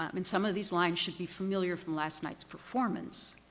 i mean some of these lines should be familiar from last night's performance.